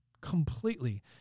completely